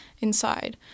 inside